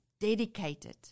dedicated